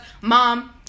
Mom